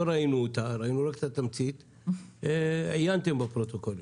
ראינו אותה אלא רק את התמצית - עיינתם בפרוטוקולים.